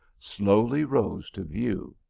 slowly rose to view.